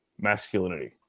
masculinity